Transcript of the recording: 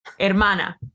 hermana